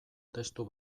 testu